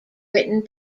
written